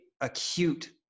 acute